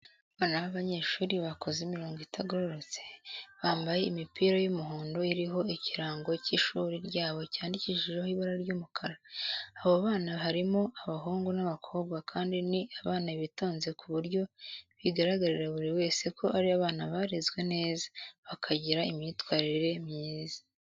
Abana b'abanyeshuri bakoze imirongo itagororotse, bambaye imipira y'umuhondo iriho ikirango cy'ishuri ryabo cyandikishije ibara ry'umukara. Abo bana harimo abahungu n'abakobwa kandi ni abana bitonze ku buryo bigaragarira buri wese ko ari abana barezwe neza, bakagira imyitwarire myiza.